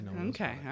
Okay